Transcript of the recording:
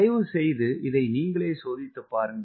தயவு செய்து இதை நீங்களே சோதித்து பாருங்கள்